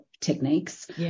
techniques